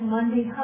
Monday